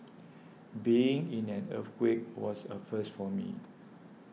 being in an earthquake was a first for me